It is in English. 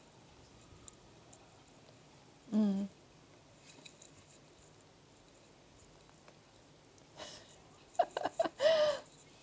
mm